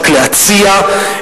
רק להציע,